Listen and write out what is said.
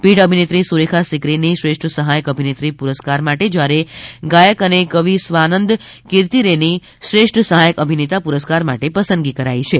પિઢ અભિનેત્રી સુરેખા સિક્રીની શ્રેષ્ઠ સહાયક અભિનેત્રી પુરસ્કાર માટે જ્યારે ગાયક અને કવી સ્વાનંદ કિર્તી રેની શ્રેષ્ઠ સહાયક અભિનેતા પુરસ્કાર માટે પસંદગી કરાઈ છે